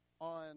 on